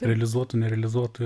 realizuotų nerealizuotų ir